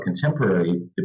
contemporary